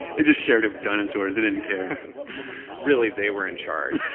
they just shared it with dinosaurs. they didn't care really, they were in charge.